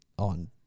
on